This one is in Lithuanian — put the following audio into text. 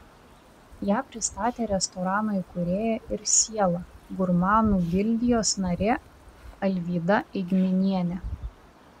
ją pristatė restorano įkūrėja ir siela gurmanų gildijos narė alvyda eigminienė